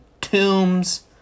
tombs